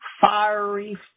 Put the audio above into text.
fiery